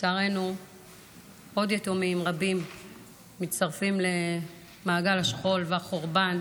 לצערנו עוד יתומים רבים מצטרפים למעגל השכול והחורבן